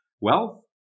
wealth